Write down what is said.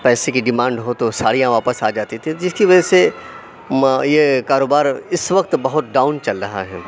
پیسے کی ڈمانڈ ہو تو ساڑیاں واپس آ جاتی تھیں جس کی وجہ سے یہ کاروبار اِس وقت بہت ڈاؤن چل رہا ہے